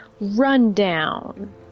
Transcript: Rundown